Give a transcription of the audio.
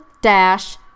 dash